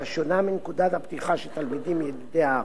שונה מנקודת הפתיחה של תלמידים ילידי הארץ.